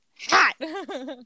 hot